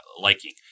liking